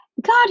God